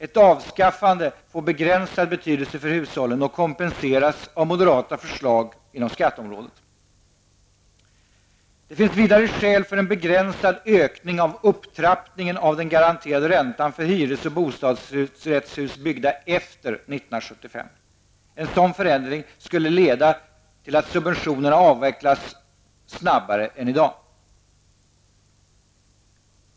Ett avskaffande får begränsad betydelse för hushållen och kompenseras av moderata förslag inom skatteområdet. Det finns vidare skäl för en begränsad ökning av upptrappningen av den garanterade räntan för hyres och bostadsrättshus byggda efter 1975. En sådan förändring skulle leda till att subventionerna avvecklas snabbare än i dag.